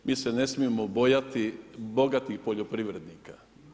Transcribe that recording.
Mi se ne smijemo bojati bogatih poljoprivrednika.